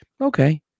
okay